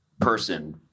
person